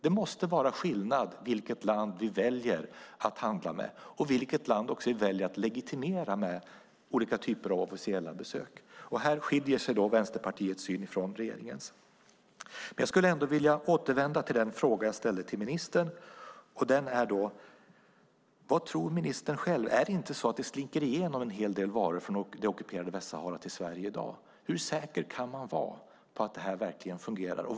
Det måste vara skillnad mellan olika länder när vi väljer vilket land vi ska handla med och vilket land vi ska legitimera med olika typer av officiella besök. Här skiljer sig Vänsterpartiets syn ifrån regeringens. Jag skulle vilja återvända till den fråga jag ställde till ministern. Den är: Vad tror ministern själv? Är det inte så att det slinker igenom en hel del varor från det ockuperade Västsahara till Sverige i dag? Hur säker kan man vara på att det här verkligen fungerar?